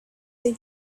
they